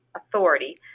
authority